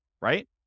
right